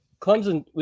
Clemson